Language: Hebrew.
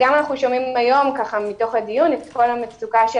אנחנו גם שומעים היום מתוך הדיון על כל המצוקה של